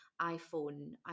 iPhone